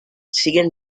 siguen